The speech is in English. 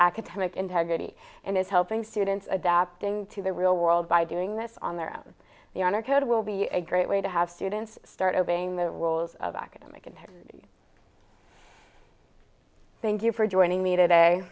academic integrity and is helping students adapting to the real world by doing this on their own the honor code will be a great way to have students start obeying the rules of academic and thank you for joining me today